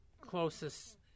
closest